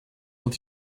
want